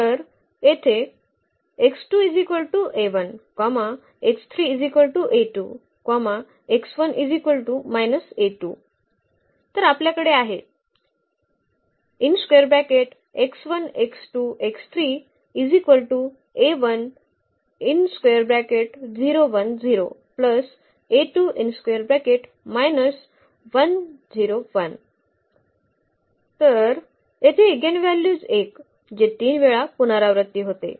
तर येथे तर आपल्याकडे आहे तर येथे इगेनव्हल्यूज 1 जे 3 वेळा पुनरावृत्ती होते